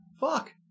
Fuck